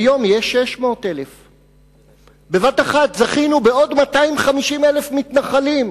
היום יש 600,000. בבת אחת זכינו בעוד 250,000 מתנחלים,